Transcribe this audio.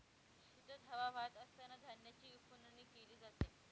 शेतात हवा वाहत असतांना धान्याची उफणणी केली जाते